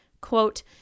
quote